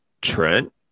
Trent